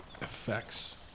effects